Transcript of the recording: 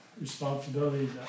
responsibility